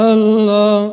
Allah